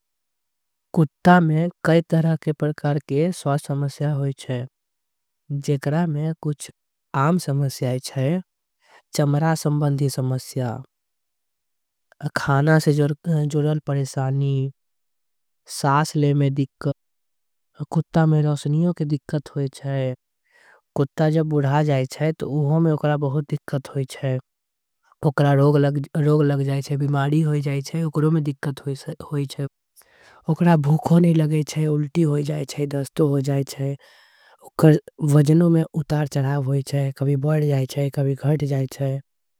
कुत्ता में कई परकार के समस्या होई छे। जेकरा में कुछ समस्या चमरा के समस्या। सांस लेंबे में दिक्कत खाना से जुडल। परेशानी कुत्ता में रौशनी के दिक्कत होई। छे कुत्ता जब बूढ़ा जाइल ओकरा में रोग। लग जाई छे ओकरा बीमारी लग जाई छे। ओकरा में दिक्कत होई छे ओकरा भूखो। नई लगे जाई छे ओकरा उल्टी होई जाई। छे ओकर वजनों में कई उतार चढ़ाव। होई छे कभी बढ़ जाई कभी घट जाई।